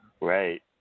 Right